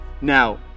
Now